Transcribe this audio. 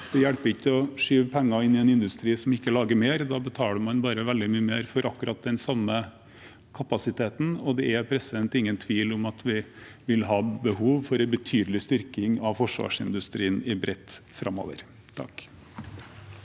Det hjelper ikke å skyve penger inn i en industri som ikke lager mer. Da betaler man bare veldig mye mer for akkurat den samme kapasiteten. Det er ingen tvil om at vi framover vil ha behov for en betydelig styrking av forsvarsindustrien i bredt.